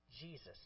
Jesus